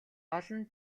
олон